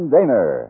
Daner